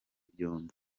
byombi